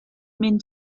mynd